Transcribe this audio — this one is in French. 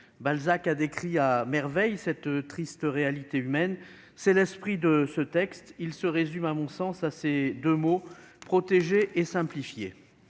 Balzac décrit à merveille cette triste réalité humaine. L'esprit de ce texte se résume à ces deux mots : protéger et simplifier.